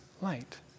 light